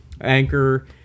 Anchor